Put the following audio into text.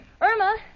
Irma